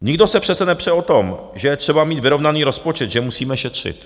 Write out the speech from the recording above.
Nikdo se přece nepře o tom, že je třeba mít vyrovnaný rozpočet, že musíme šetřit.